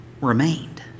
remained